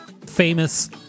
famous